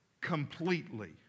completely